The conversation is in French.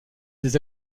des